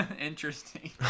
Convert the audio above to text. Interesting